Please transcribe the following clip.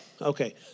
okay